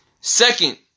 second